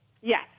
Yes